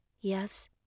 Yes